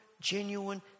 genuine